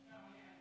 אתה עולה על